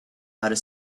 outer